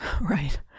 Right